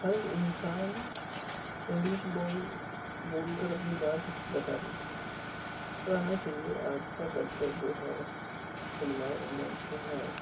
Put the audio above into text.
ہر انسان انگلش بول بول کر اپنی بات بتا دیتا ہے اور آنا چاہیے آج کا کلچر جو ہے انوائرمنٹ جو ہے